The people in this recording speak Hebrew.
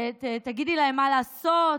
תגידי להם מה לעשות?